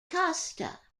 costa